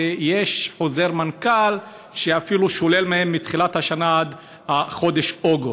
ויש חוזר מנכ"ל שאפילו שולל מהם מתחילת השנה עד חודש אוגוסט.